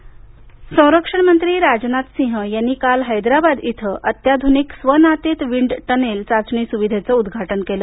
राजनाथ संरक्षण मंत्री राजनाथ सिंह यांनी काल हैदरबाद इथं अत्याधुनिक स्वनातीत विंड टनेल चाचणी सुविधेचं उद्घाटन केलं